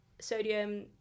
sodium